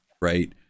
right